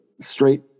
straight